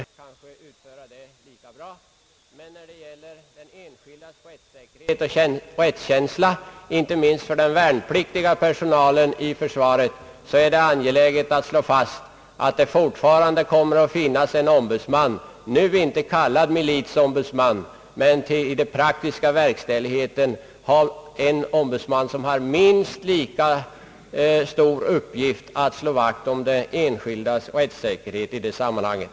Vad beträffar rättssäkerhet och rättskänsla för personalen inom försvaret, inte minst för de värnpliktiga, är det angeläget att slå fast att det fortfarande kommer att finnas en ombudsman, visserligen nu inte kallad militieombudsman, som i fråga om den praktiska verkställigheten har minst lika mycket till uppgift att slå vakt om den enskildes intressen i det sammanhanget.